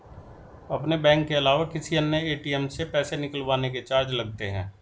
अपने बैंक के अलावा किसी अन्य ए.टी.एम से पैसे निकलवाने के चार्ज लगते हैं